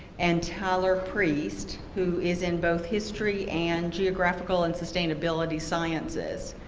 and tyler priest, who is in both history and geographical and sustainability sciences.